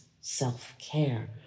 Self-Care